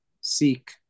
seek